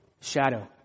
shadow